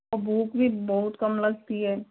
और भूख भी बहुत कम लगती है